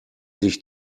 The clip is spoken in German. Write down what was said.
sich